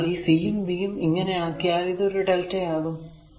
എന്തെന്നാൽ ഈ c യും b യും ഇങ്ങനെ ആക്കിയാൽ ഇത് ഒരു lrmΔ ആകും